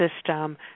system